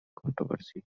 controversy